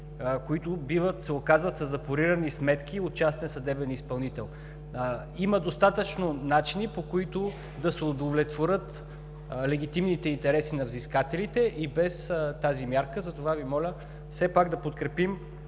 които се оказват със запорирани сметки от частния съдебен изпълнител. Има достатъчно начини, по които да се удовлетворят легитимните интереси на взискателите и без тази мярка. Затова Ви моля все пак да подкрепим